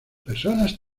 personas